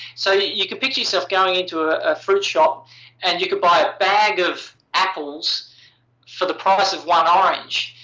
so, you you can picture yourself going into a fruit shop and you could buy a bag of apples for the price of one orange.